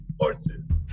horses